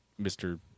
Mr